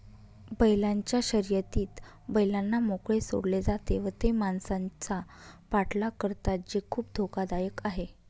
बैलांच्या शर्यतीत बैलांना मोकळे सोडले जाते व ते माणसांचा पाठलाग करतात जे खूप धोकादायक आहे